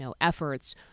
efforts